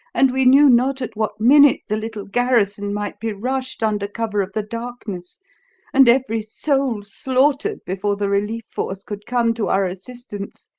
and we knew not at what minute the little garrison might be rushed under cover of the darkness and every soul slaughtered before the relief force could come to our assistance.